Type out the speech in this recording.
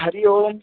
हरिः ओम्